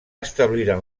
establiren